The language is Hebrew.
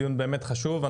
באמת חשוב.